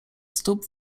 stóp